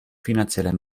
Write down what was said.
finanzieller